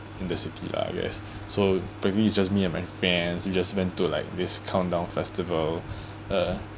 in the city lah I guess so probably it's just me and my friends we just went to like this countdown festival uh